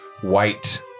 white